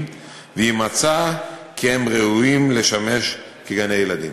והיא מצאה כי הם ראויים לשמש כגני-ילדים.